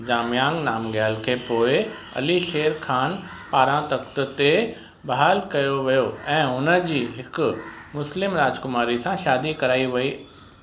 जामयांग नामग्याल खे पोइ अली शेर खान पारां तख़्त ते बहाल कयो वियो ऐं हुन जी हिकु मुस्लिम राजकुमारी सां शादी कराई वई